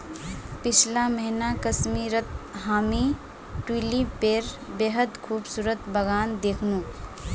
पीछला महीना कश्मीरत हामी ट्यूलिपेर बेहद खूबसूरत बगान दखनू